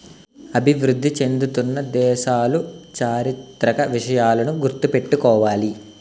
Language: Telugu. అభివృద్ధి చెందుతున్న దేశాలు చారిత్రక విషయాలను గుర్తు పెట్టుకోవాలి